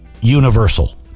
universal